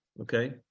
Okay